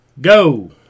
Go